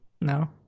No